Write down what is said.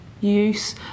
use